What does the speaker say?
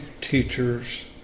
teachers